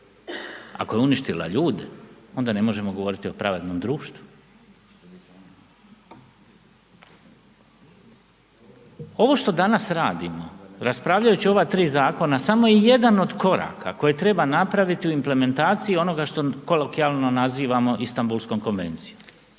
ako je uništila ljude onda ne možemo govoriti o pravednom društvu. Ovo što danas radimo raspravljajući o ova tri zakona samo je jedan od koraka koje treba napraviti u implementaciji onoga što kolokvijalno nazivamo Istanbulskom konvencijom.